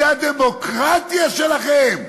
זו הדמוקרטיה שלכם?